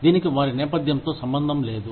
దీనికి వారి నేపథ్యంతో సంబంధం లేదు